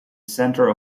centre